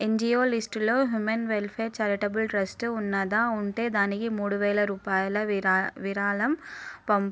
NGO లిస్టులో women welfare charitable trust ఉన్నదా ఉంటే దానికి మూడువేల రూపాయల విరా విరాళం పం